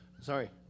sorry